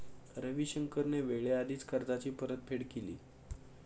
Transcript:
रविशंकरने वेळेआधीच कर्जाची परतफेड केली